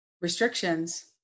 restrictions